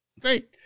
great